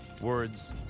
words